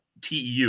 TEU